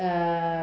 uh